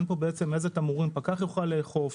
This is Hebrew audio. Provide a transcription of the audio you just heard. אין פה אילו תמרורים פקח יוכל לאכוף,